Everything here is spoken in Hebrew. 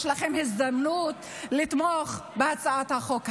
יש לכם הזדמנות לתמוך בהצעת החוק הזאת.